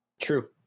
True